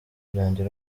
byanjye